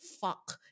fuck